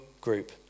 group